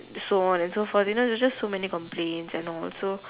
so on and so forth you know there was so many complains and all so